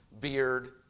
beard